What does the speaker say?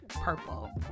Purple